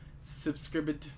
subscribe